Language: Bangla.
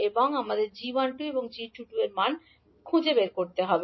এখন আমাদের 𝐠12 এবং 𝐠22 এর মান খুঁজে বের করতে হবে